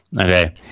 Okay